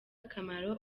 akamaro